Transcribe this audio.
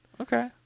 Okay